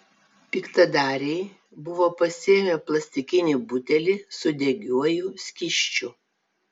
piktadariai buvo pasiėmę plastikinį butelį su degiuoju skysčiu